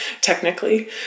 technically